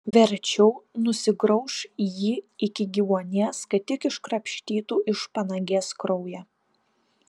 verčiau nusigrauš jį iki gyvuonies kad tik iškrapštytų iš panagės kraują